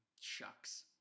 Shucks